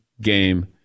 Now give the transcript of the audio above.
game